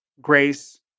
Grace